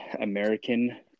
American